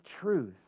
truth